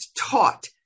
taught